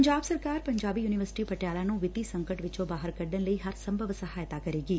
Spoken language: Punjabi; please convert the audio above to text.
ਪੰਜਾਬ ਸਰਕਾਰ ਪੰਜਾਬੀ ਯੁਨੀਵਰਸਿਟੀ ਪਟਿਆਲਾ ਨੂੰ ਵਿੱਤੀ ਸੰਕਟ ਵਿਚੋ ਬਾਹਰ ਕੱਢਣ ਲਈ ਹਰ ਸੰਭਵ ਸਹਾਇਤਾ ਕਰੇਗੀ